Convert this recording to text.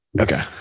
Okay